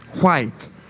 white